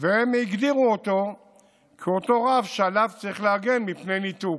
והם הגדירו אותו כאותו רף שעליו צריך להגן מפני ניתוק.